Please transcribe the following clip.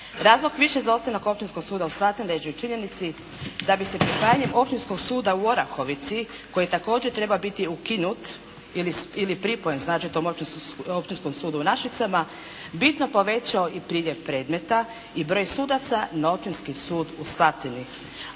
Razlog više za ostanak Općinskog suda u Slatini leži u činjenici da bi se detalji Općinskog suda u Orahovici koji također treba biti ukinut ili pripojen znači tom Općinskom sudu u Našicama bitno povećao i priljev predmeta i broj sudaca na Općinski sud u Slatini.